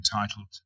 entitled